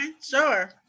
sure